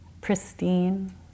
pristine